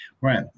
Right